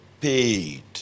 paid